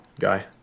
guy